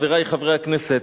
חברי חברי הכנסת,